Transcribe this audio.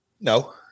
No